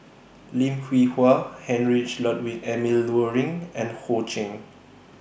Lim Hwee Hua Heinrich Ludwig Emil Luering and Ho Ching